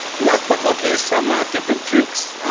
last but not least, some ah tips and tricks.